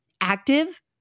active